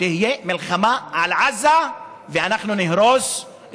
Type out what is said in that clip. תהיה מלחמה על עזה ואנחנו נהרוס,